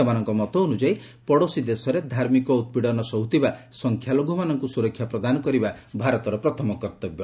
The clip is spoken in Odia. ସେମାନଙ୍କ ମତ ଅନୁଯାୟୀ ପଡ଼ୋଶୀ ଦେଶରେ ଧାର୍ମିକ ଉତ୍ପୀଡ଼ନ ସହୁଥିବା ସଂଖ୍ୟାଲଘୁମାନଙ୍କୁ ସୁରକ୍ଷା ପ୍ରଦାନ କରିବା ଭାରତର ପ୍ରଥମ କର୍ତ୍ତବ୍ୟ